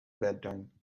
bedtime